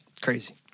crazy